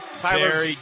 Tyler